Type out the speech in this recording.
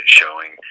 showing